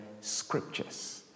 Scriptures